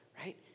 right